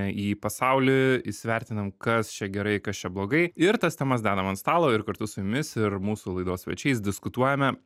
į pasaulį įsivertinam kas čia gerai kas čia blogai ir tas temas dedam ant stalo ir kartu su jumis ir mūsų laidos svečiais diskutuojame